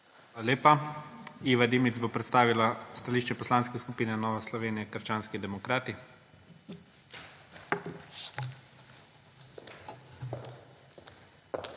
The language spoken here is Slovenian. Hvala lepa. Iva Dimic bo predstavila stališče Poslanske skupine Nova Slovenija – krščanski demokrati. IVA DIMIC